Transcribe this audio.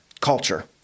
culture